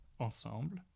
Ensemble